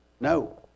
no